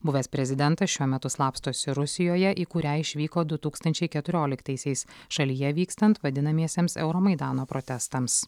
buvęs prezidentas šiuo metu slapstosi rusijoje į kurią išvyko du tūkstančiai keturioliktaisiais šalyje vykstant vadinamiesiems euromaidano protestams